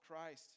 Christ